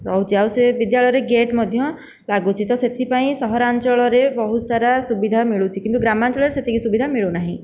ରହୁଛି ଆଉ ସେ ବିଦ୍ୟାଳୟରେ ଗେଟ୍ ମଧ୍ୟ ଲାଗୁଛି ତ ସେଥିପାଇଁ ସହରାଞ୍ଚଳରେ ବହୁତ ସାରା ସୁବିଧା ମିଳୁଛି କିନ୍ତୁ ଗ୍ରାମାଞ୍ଚଳରେ ସେତିକି ସୁବିଧା ମିଳୁନାହିଁ